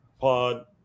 Pod